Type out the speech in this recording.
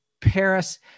Paris